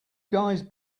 guys